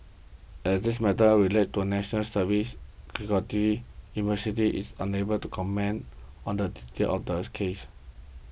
as this matter are relates to national university is unable to comment on the details of the case